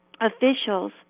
officials